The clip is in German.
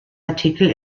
artikel